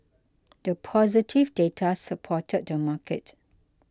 the positive data supported the market